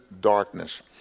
darkness